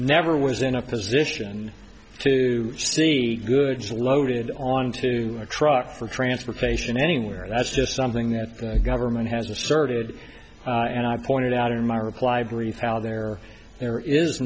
never was in a position to see goods loaded onto a truck for transportation anywhere that's just something that the government has asserted and i pointed out in my reply brief there there is